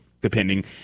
depending